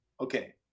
okay